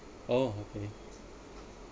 oh